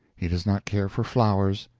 he does not care for flowers,